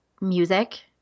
music